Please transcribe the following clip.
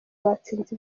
batsinze